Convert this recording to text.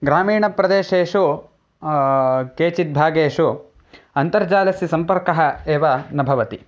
ग्रामीणप्रदेशेषु केषुचिद् भागेषु अन्तर्जालस्य सम्पर्कः एव न भवति